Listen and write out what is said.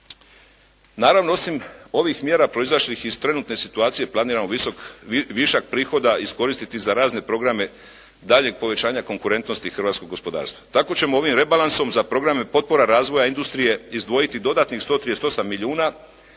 Naravno osim ovih mjera proizašlih iz trenutne situacije, planiramo višak prihoda iskoristiti za razne programe daljeg povećanja konkurentnosti hrvatskog gospodarstva. Tako ćemo ovim rebalansom za programe potpora razvoja industrije izdvojiti dodatnih 138 milijuna